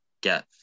get